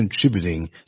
contributing